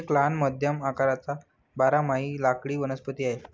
एक लहान मध्यम आकाराचा बारमाही लाकडी वनस्पती आहे